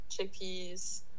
chickpeas